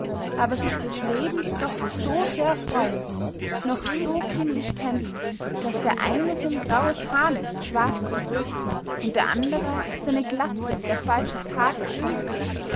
aber sich des lebens doch so sehr freuen noch so kindisch tändeln daß der eine sein graues haarnest schwarz färbt und der andere seine glatze unter falsches haar versteckt